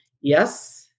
Yes